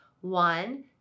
One